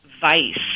vice